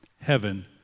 heaven